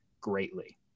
greatly